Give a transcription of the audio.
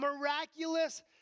miraculous